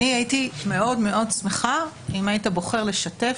הייתי מאוד מאוד שמחה אם היית בוחר לשתף,